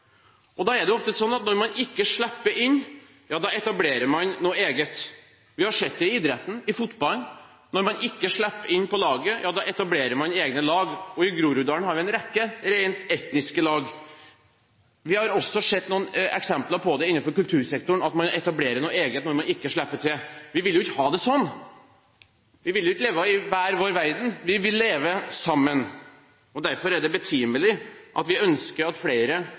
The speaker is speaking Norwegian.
er ofte sånn at når man ikke slipper inn, da etablerer man noe eget. Vi har sett det i idretten, i fotballen. Når man ikke slipper inn på laget, ja, da etablerer man egne lag – og i Groruddalen har vi en rekke etniske lag. Vi har også sett noen eksempler på det innenfor kultursektoren, at man etablerer noe eget når man ikke slipper til. Vi vil jo ikke ha det sånn! Vi vil jo ikke leve i hver vår verden, vi vil leve sammen. Derfor er det betimelig at flere åpner opp dørene sine, sånn at